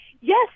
Yes